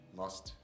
lost